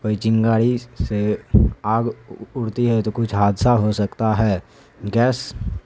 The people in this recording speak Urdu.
کوئی چنگاری سے آگ اڑتی ہے تو کچھ حادثہ ہو سکتا ہے گیس